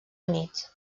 units